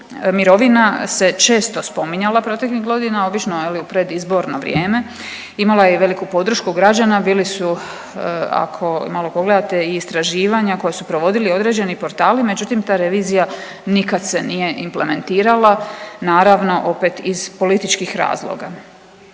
mirovina se često spominjala proteklih godina obično je li u predizborno vrijeme. Imala je i veliku podršku građana bili su ako malo pogledate i istraživanja koja su provodili određeni portali, međutim ta revizija nikad se nije implementirala naravno opet iz političkih razloga.